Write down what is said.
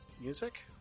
music